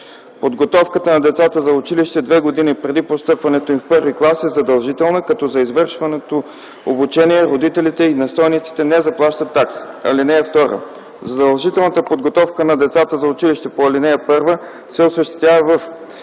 Подготовката на децата за училище две години преди постъпването им в първи клас е задължителна, като за извършваното обучение родителите и настойниците не заплащат такса. (2) Задължителната подготовка на децата за училище по ал. 1 се осъществява в: